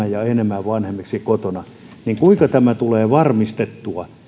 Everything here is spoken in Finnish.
enemmän ja enemmän vanhemmiksi kotona kuinka se tulee varmistettua